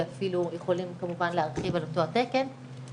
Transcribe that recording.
ואפילו יכולים להרחיב על אותו תקן,